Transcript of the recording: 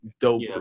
dope